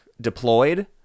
deployed